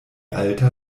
alta